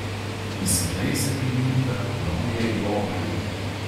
įsitaisė kaimynka naują jobarių